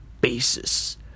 basis